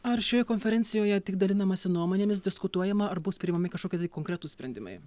ar šioje konferencijoje tik dalinamasi nuomonėmis diskutuojama ar bus priimami kažkokie konkretūs sprendimai